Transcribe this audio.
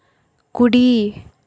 కుడి